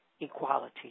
equality